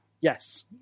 Yes